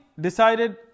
decided